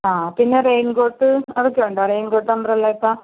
ആ പിന്നെ rain coat അതൊക്കെ ഉണ്ടോ റെയിൻ കോട്ട് അംബ്രല്ല ഒക്കെ